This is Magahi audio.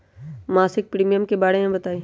मासिक प्रीमियम के बारे मे बताई?